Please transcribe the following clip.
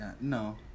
No